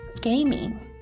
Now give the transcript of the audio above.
gaming